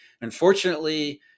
Unfortunately